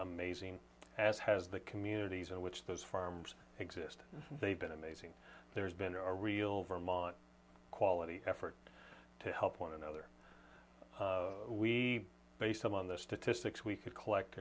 amazing as has the communities in which those farms exist they've been amazing there's been a real vermont quality effort to help one another we based on the statistics we could collect